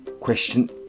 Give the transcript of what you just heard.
question